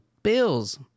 Bills